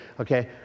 okay